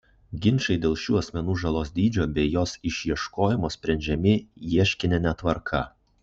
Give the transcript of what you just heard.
ginčai dėl šių asmenų žalos dydžio bei jos išieškojimo sprendžiami ieškinine tvarka